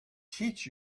teach